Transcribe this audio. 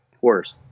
worse